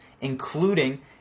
including